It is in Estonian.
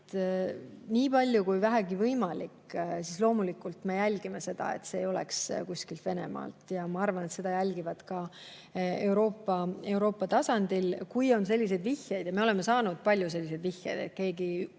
nii palju kui vähegi võimalik me loomulikult jälgime seda, et see ei tuleks Venemaalt, ja ma arvan, et seda jälgitakse ka Euroopa tasandil. Kui on selliseid vihjeid – me oleme saanud palju selliseid vihjeid, et keegi